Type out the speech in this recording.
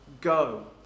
go